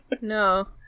No